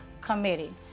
committee